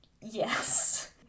Yes